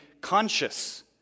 conscious